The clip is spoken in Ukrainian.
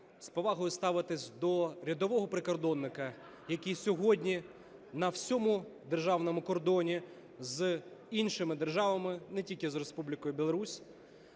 з повагою ставитися до рядового прикордонника, який сьогодні на всьому державному кордоні з іншими державами, не тільки з Республікою Білорусь,